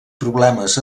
problemes